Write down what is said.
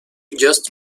just